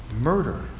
murder